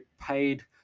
paid